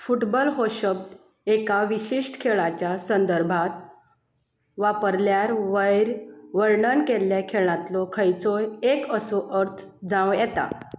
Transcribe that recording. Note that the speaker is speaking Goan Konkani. फुटबॉल हो शब्द एका विशिश्ट खेळाच्या संदर्भांत वापरल्यार वयर वर्णन केल्ल्या खेळांतलो खंयचोय एक असो अर्थ जावं येता